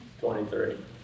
23